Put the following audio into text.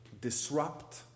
disrupt